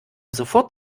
sofort